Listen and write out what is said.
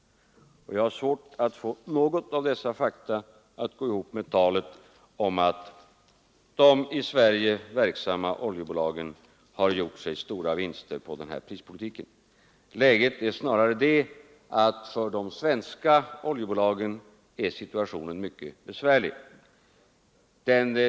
Jag har svårt att få något av dessa fakta att gå ihop med talet om att de i Sverige verksamma oljebolagen har gjort sig stora vinster på den här prispolitiken. Snarare är situationen för de svenska oljebolagen mycket besvärlig.